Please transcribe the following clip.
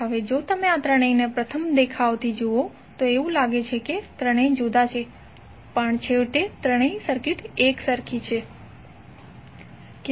હવે જો તમે આ ત્રણેયને પ્રથમ દેખાવથી જુઓ તો એવું લાગે છે કે ત્રણેય જુદાં છે પણ છેવટે ત્રણેય સર્કિટ એકસરખી છે